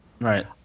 Right